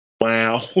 Wow